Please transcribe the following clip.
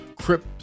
Crypt